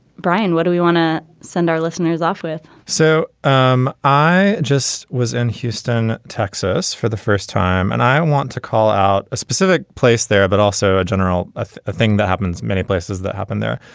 brian what do we want to send our listeners off with so um i just was in houston texas for the first time and i want to call out a specific place there but also a general ah thing that happens many places that happen there.